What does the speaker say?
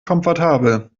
komfortabel